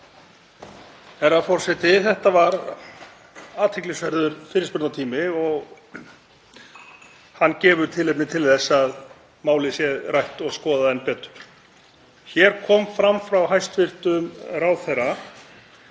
Þetta var athyglisverður fyrirspurnatími og hann gefur tilefni til þess að málið sé rætt og skoðað enn betur. Hér kom fram frá hæstv. ráðherra